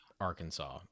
Arkansas